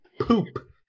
Poop